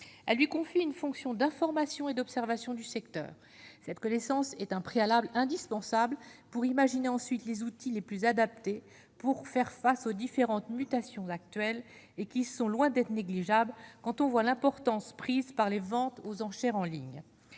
à lui, conflit, une fonction d'information et d'observation du secteur cette connaissance est un préalable indispensable pour imaginer ensuite les outils les plus adaptés pour faire face aux différentes mutations actuelles et qui sont loin d'être négligeables quand on voit l'importance prise par les vents. Aux enchères en ligne,